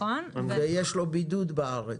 ויש לו בידוד בארץ.